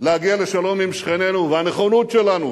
להגיע לשלום עם שכנינו, והנכונות שלנו